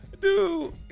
dude